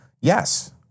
yes